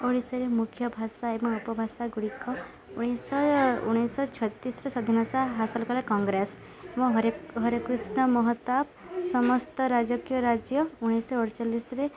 ଓଡ଼ିଶାରେ ମୁଖ୍ୟ ଭାଷା ଏବଂ ଉପଭାଷା ଗୁଡ଼ିକ ଉଣେଇଶ ଉଣେଇଶହ ଛତିଶରେ ସ୍ୱଧୀନତା ହାସଲ କଲା କଂଗ୍ରେସ ଏବଂ ହରେ ହରେକୃଷ୍ଣ ମହତାବ ସମସ୍ତ ରାଜକୀୟ ରାଜ୍ୟ ଉଣେଇଶହ ଅଡ଼ଚାଲିଶରେ